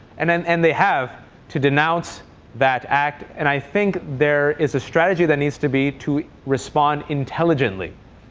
and and and they have to denounce that act. and i think there is a strategy that needs to be to respond intelligently,